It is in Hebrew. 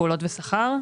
פעולות ושכר.